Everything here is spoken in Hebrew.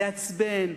לעצבן,